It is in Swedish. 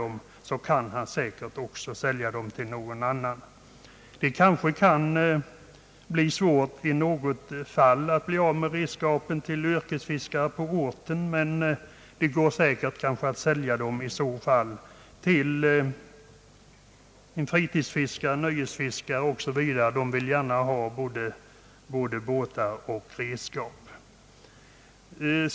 Det kan måhända i något fall bli svårt att avyttra fiskeredskapen till yrkesfiskare på orten, men i så fall går de kanske att sälja till fritidsfiskare, som gärna vill ha både båtar och redskap.